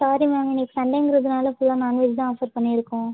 sorry ma'am இன்னிக்கு சண்டேங்கறதுனால ஃபுல்லாக நான் வெஜ் தான் ஆஃபர் பண்ணி இருக்கோம்